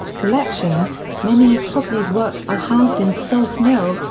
collections many of hockney's works are housed in salts mill,